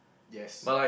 yes